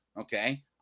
Okay